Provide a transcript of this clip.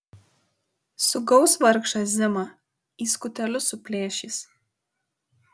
sugaus vargšą zimą į skutelius suplėšys